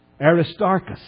Aristarchus